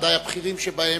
ודאי הבכירים שבהם,